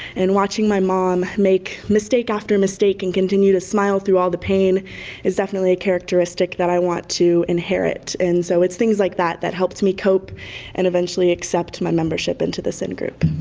and watching my mom make mistake after mistake and continue to smile through all the pain is definitely a characteristic that i want to inherit and so it's things like that that helps me cope and eventually accept my membership into this in-group.